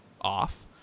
off